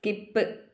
skip